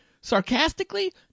sarcastically